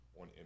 on